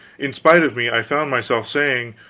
in spite of me, i found myself saying,